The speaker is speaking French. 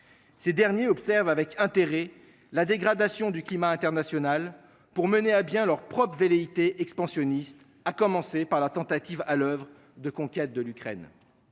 Ces derniers observent avec intérêt la dégradation du climat international pour mener à bien leurs propres velléités expansionnistes, à commencer par la tentative de conquête de l’Ukraine.